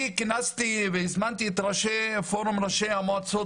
אני כינסתי והזמנתי את פורום ראשי המועצות